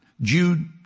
Jude